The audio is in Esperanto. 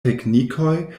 teknikoj